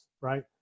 right